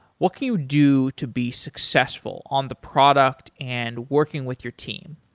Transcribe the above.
what can you do to be successful on the product and working with your team?